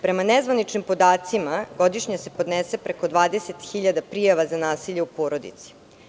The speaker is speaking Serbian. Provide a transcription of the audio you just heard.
Prema nezvaničnim podacima godišnje se podnese preko 20.000 prijava za nasilje u porodici.